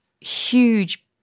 huge